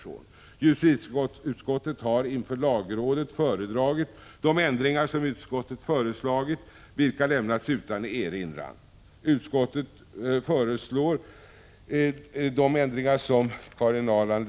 Justitieutskottet har inför lagrådet föredragit sina förslag till ändringar, vilka lämnats utan erinran. Karin Ahrland har redan redogjort för dessa ändringar.